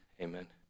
Amen